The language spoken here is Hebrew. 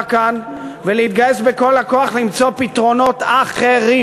כאן ולהתגייס בכל הכוח למצוא פתרונות אחרים.